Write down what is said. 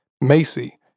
Macy